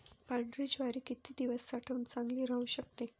पांढरी ज्वारी किती दिवस साठवून चांगली राहू शकते?